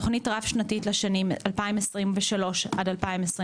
תוכנית רב-שנתית לשנים 2023 עד 2025,